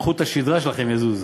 שחוט השדרה שלכם יזוז.